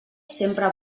sempre